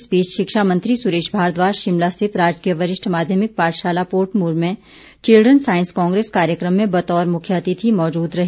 इस बीच शिक्षा मंत्री सुरेश भारद्वाज आज शिमला स्थित राजकीय वरिष्ठ माध्यमिक पाठशाला पोर्टमोर में चिल्ड्रन सांइस कांग्रेस कार्यक्रम में बतौर मुख्यातिथि मौजूद रहेंगे